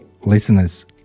listeners